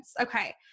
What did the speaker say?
Okay